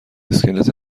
اسکلت